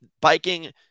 Biking